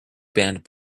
banned